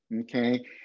okay